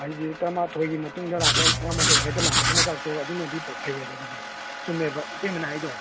ꯍꯥꯏꯗꯤ ꯇꯔꯥ ꯃꯥꯊꯣꯏꯒꯤ ꯃꯇꯨꯡꯗ ꯂꯥꯛꯄ ꯇꯔꯥ ꯃꯥꯊꯣꯛ ꯁꯥꯏꯗ ꯂꯥꯛꯄꯗꯨꯅ ꯆꯥꯛꯇꯣ ꯑꯗꯨꯅꯗꯤ ꯐꯩ ꯍꯥꯏꯕ ꯑꯗꯨꯗꯤ ꯆꯨꯝꯃꯦꯕ ꯏꯇꯩꯃꯅ ꯍꯥꯏꯗꯣ